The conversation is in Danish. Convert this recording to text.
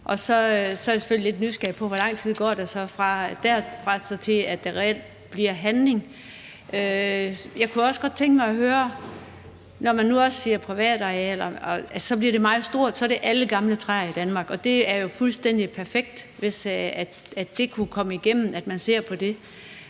Så er jeg selvfølgelig lidt nysgerrig, med hensyn til hvor lang tid der går derfra, til der reelt kommer handling. Jeg kunne også godt tænke mig at høre om, hvad man mener, når man nu også siger private arealer. Så bliver det meget stort, for så er det alle gamle træer i Danmark. Det er jo fuldstændig perfekt, hvis det kunne komme igennem, at man ser på det.